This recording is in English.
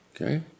Okay